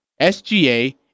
SGA